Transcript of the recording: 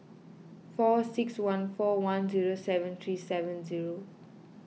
four six one four one zero seven three seven zero